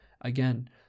Again